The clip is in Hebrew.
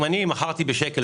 אם מכרתי כוס בשקל